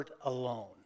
alone